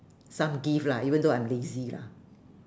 some gift lah even though I'm lazy lah